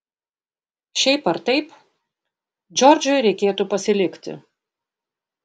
šiaip ar taip džordžui reikėtų pasilikti